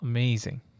Amazing